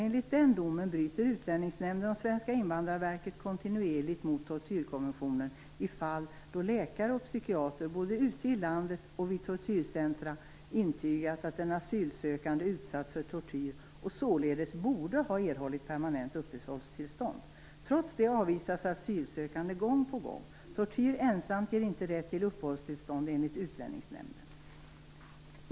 Enligt domen bryter Utlänningsnämnden och Statens invandrarverk kontinuerligt mot tortyrkonventionen i fall då läkare och psykiatrer både ute i landet och vid tortyrcentrum intygat att den asylsökande utsatts för tortyr och således borde ha erhållit permanent uppehållstillstånd. Trots det avvisas asylsökande gång på gång. Tortyr ensamt ger inte rätt till uppehållstillstånd, enligt Utlänningsnämnden.